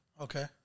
Okay